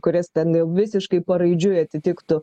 kuris ten visiškai paraidžiui atitiktų